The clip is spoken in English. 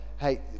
Hey